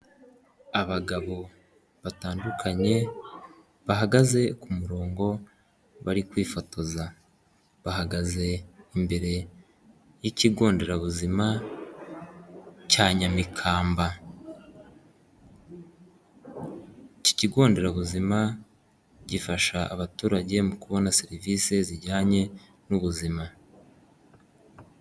Abagabo batandukanye bahagaze ku murongo bari kwifotoza, bahagaze imbere y'ikigo nderabuzima cya Nyamikamba, iki kigo nderabuzima gifasha abaturage mu kubona serivise zijyanye n'ubuzima.